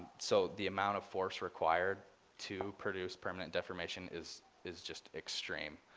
so the amount of force required to produce permanent deformation is is just extreme.